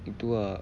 itu ah